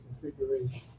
configuration